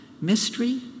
mystery